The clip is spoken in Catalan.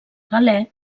galè